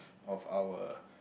of our